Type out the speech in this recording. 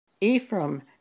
Ephraim